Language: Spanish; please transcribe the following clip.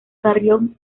carrión